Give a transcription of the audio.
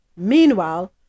Meanwhile